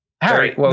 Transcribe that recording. Harry